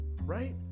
right